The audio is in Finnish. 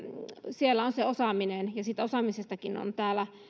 siellä on se osaaminen ja siitä osaamisestakin on täällä